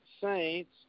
saints